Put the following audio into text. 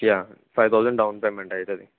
five thousand down payment అవుతుంది